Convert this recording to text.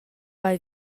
hai